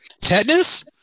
Tetanus